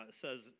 says